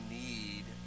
need